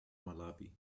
malawi